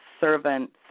servants